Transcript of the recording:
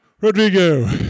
rodrigo